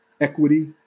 equity